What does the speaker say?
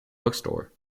bookstore